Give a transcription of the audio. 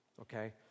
okay